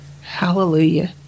Hallelujah